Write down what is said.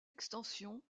extension